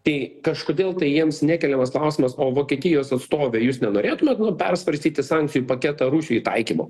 tai kažkodėl tai jiems nekeliamas klausimas o vokietijos atstove jūs nenorėtumėt nu persvarstyti sankcijų paketą rusijai taikymo